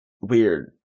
weird